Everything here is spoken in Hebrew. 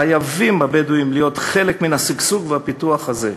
הבדואים חייבים להיות חלק מהשגשוג והפיתוח האלה.